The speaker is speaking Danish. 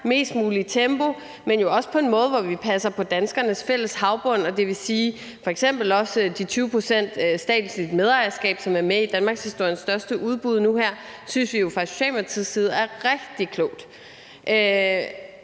mest mulig tempo, men jo også på en måde, hvor vi passer på danskernes fælles havbund, dvs. f.eks. også de 20 pct. statsligt medejerskab, som er med i danmarkshistoriens største udbud nu her – det synes vi fra Socialdemokratiets side er rigtig klogt.